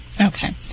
Okay